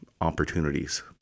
opportunities